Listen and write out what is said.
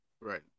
Right